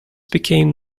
became